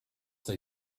they